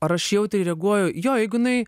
ar aš jautriai reaguoju jo jeigu jinai